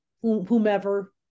whomever